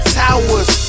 towers